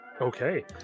Okay